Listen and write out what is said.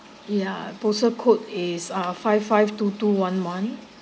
ya postal code is ah five five two two one one